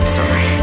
Sorry